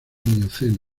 mioceno